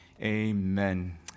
Amen